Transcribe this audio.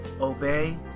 obey